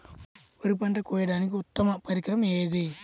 వరి పంట కోయడానికి ఉత్తమ పరికరం ఏది?